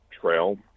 trail